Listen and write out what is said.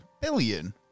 billion